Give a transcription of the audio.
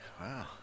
wow